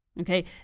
Okay